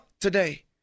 today